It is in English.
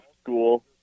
school